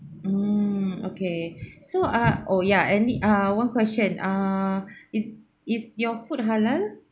mm okay so ah oh ya and it ah one question ah is is your food halal